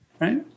Right